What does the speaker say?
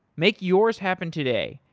make yours happen today.